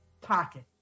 pocket